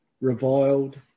reviled